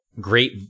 great